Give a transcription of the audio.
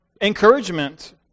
encouragement